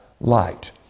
light